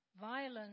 Violence